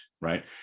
right